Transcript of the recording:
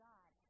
God